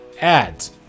ads